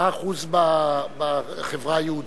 מה האחוז בחברה היהודית?